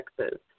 Texas